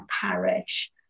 parish